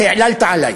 והעללת עלי.